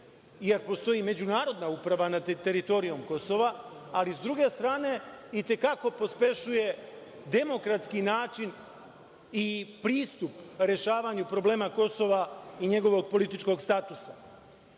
ako postoji međunarodna uprava na teritorijom Kosova, ali sa druge strane i te kako pospešuje demokratski način i pristup rešavanju problema Kosova i njegovog političkog statusa. Opet